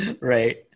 Right